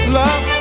love